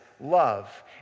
love